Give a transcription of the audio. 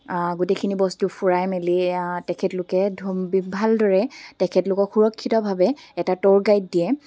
গোটেইখিনি বস্তু ফুৰাই মেলি তেখেতলোকে ভালদৰে তেখেতলোকক সুৰক্ষিতভাৱে এটা ট'ৰ গাইড দিয়ে